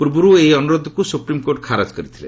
ପୂର୍ବରୁ ଏହି ଅନୁରୋଧକୁ ସୁପ୍ରିମ୍କୋର୍ଟ ଖାରଜ କରିଥିଲେ